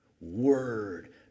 word